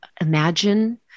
imagine